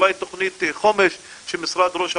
אולי תכנית חומש של משרד ראש הממשלה,